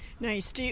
Nice